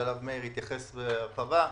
שאליו מאיר התייחס בהרחבה,